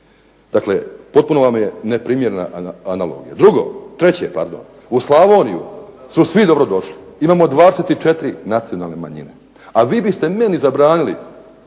Dakle, potpuno vam je neprimjerene analogija. Drugo, treće pardon, u Slavoniju su svi dobrodošli. Imamo 24 nacionalne manjine, a vi biste meni zabranili